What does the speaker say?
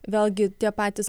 vėlgi tie patys